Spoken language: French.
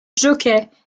jockey